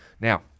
Now